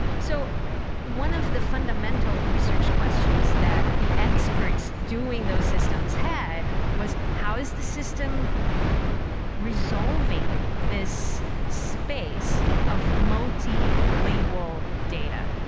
so one of the fundamental research questions that the experts doing those systems had was how is the system resolving this space of multi-lingual data?